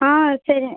சரி